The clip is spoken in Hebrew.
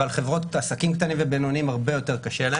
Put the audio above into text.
אבל לעסקים קטנים ובינוניים הרבה יותר קשה.